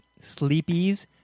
sleepies